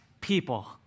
people